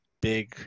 big